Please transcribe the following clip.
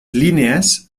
línies